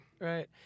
Right